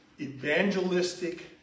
evangelistic